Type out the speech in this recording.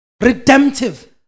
Redemptive